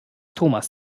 thomas